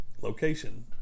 location